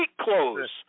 clothes